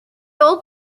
old